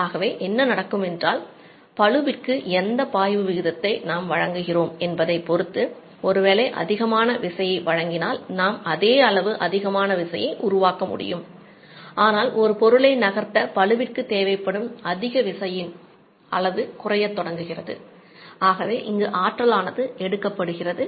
ஆகவே எந்த பரப்பளவாக எடுக்கப்படுகிறது